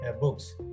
books